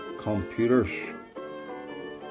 computers